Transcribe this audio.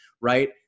right